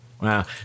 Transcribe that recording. Wow